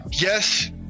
yes